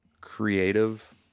creative